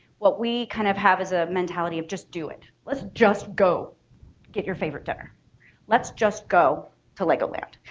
what we kind of have is a mentality of just do it. let's just go get your favorite dinner let's just go to legoland.